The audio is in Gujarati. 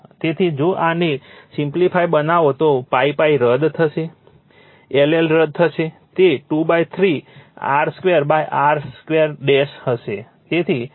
તેથી જો આને સિમ્પ્લિફાઇ બનાવો તો pi pi રદ થશે l l રદ થશે તે 2 3 r 2 r 2 હશે